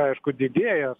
aišku didėja